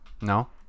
no